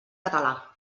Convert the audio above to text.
català